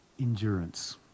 endurance